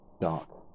dark